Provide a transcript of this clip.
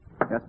Yes